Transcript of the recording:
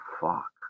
fuck